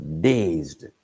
dazed